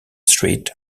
street